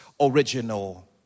original